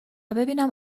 ببینم